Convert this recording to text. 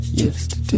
yesterday